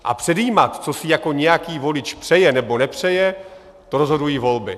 A předjímat, co si jako nějaký volič přeje nebo nepřeje, to rozhodují volby.